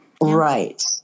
Right